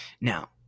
Now